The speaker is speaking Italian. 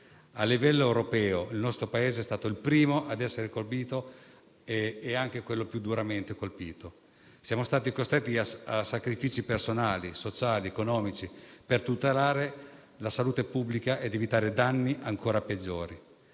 a livello europeo, è stato il primo ad essere colpito, e anche più duramente. Siamo stati costretti a sacrifici personali, sociali ed economici per tutelare la salute pubblica ed evitare danni ancora peggiori.